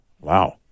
wow